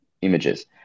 images